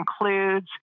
includes